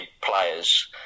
players